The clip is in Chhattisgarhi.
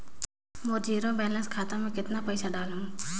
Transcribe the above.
मोर जीरो बैलेंस खाता मे कतना पइसा डाल हूं?